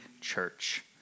Church